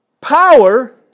power